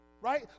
right